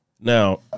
now